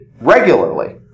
regularly